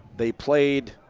they played